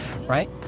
right